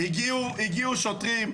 הגיעו שוטרים,